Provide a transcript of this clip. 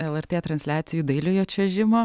lrt transliacijų dailiojo čiuožimo